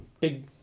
big